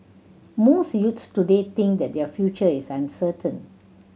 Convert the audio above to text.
most youth today think that their future is uncertain